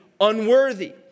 unworthy